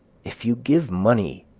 if you give money,